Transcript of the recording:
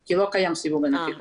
כי לא קיים סיווג ענפי.